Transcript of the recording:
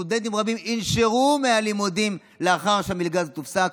וסטודנטים רבים ינשרו מהלימודים לאחר שהמלגה הזאת תופסק.